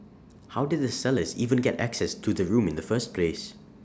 how did the sellers even get access to the room in the first place